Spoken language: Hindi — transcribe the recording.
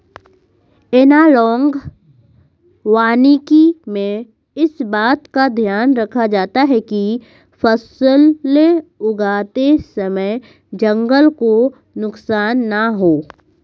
एनालॉग वानिकी में इस बात का ध्यान रखा जाता है कि फसलें उगाते समय जंगल को नुकसान ना हो